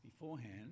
beforehand